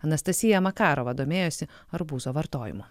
anastazija makarova domėjosi arbūzo vartojimu